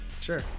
Sure